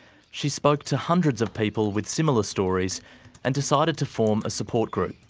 she spoke to hundreds of people with similar stories and decided to form a support group.